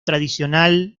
tradicional